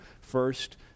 first